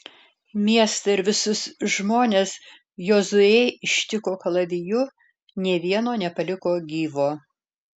miestą ir visus žmones jozuė ištiko kalaviju nė vieno nepaliko gyvo